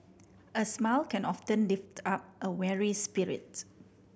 a smile can often lift up a weary spirit